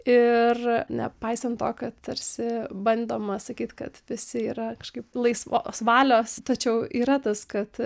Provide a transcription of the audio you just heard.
ir nepaisant to kad tarsi bandoma sakyt kad visi yra kažkaip laisvos valios tačiau yra tas kad